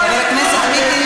לא את תל-אביב.